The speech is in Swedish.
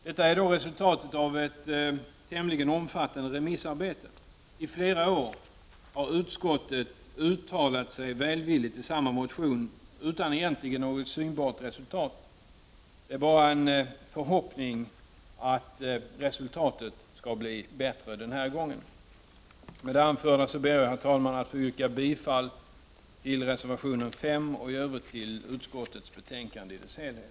Detta är resultatet av ett tämligen omfattande remissarbete. I flera år har utskottet uttalat sig välvilligt till samma motion, utan något synbart resultat. Det är min förhoppning att resultatet skall bli bättre denna gång. Med det anförda ber jag att få yrka bifall till reservation 5 och i övrigt till hemställan i utskottets betänkande på samtliga punkter.